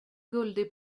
guldig